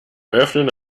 öffnen